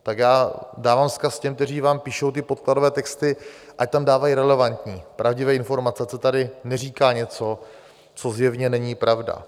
Tak já dávám vzkaz těm, kteří vám píšou ty podkladové texty, ať tam dávají relevantní, pravdivé informace, ať se tady neříká něco, co zjevně není pravda.